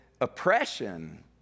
oppression